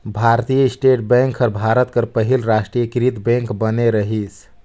भारतीय state bank हर भारत कर पहिल रास्टीयकृत बेंक बने रहिस